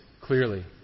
clearly